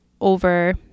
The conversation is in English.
over